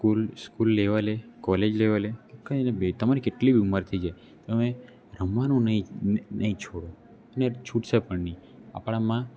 school school લેવલે college લેવલે કઈ રીતે બી તમારી કેટલી ઉંમર થઈ જાય તમે રમવાનું નહીં નહીં છોડો અને એ છૂટશે પણ નહીં આપણામાં